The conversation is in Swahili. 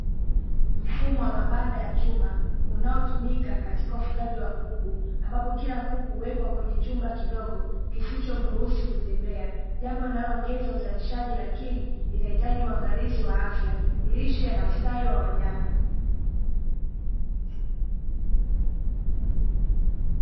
Mfumo wa mabanda ya chuma, unaotumika katika ufugaji wa kuku, ambapo kila kuku huwekwa kwenye chumba kidogo kisichomruhusu kutembea, jambo linaloongeza uzalishaji lakini inahitaji uangalizi wa afya, lishe na ustawi wa wanyama.